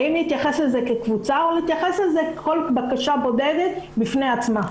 האם נתייחס לזה כקבוצה או נתייחס לכל בקשה בודדת בפני עצמה.